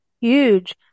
huge